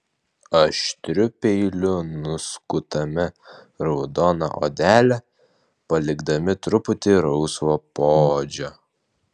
aštriu peiliu nuskutame raudoną odelę palikdami truputį rausvo poodžio